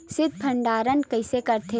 शीत भंडारण कइसे करथे?